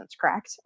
correct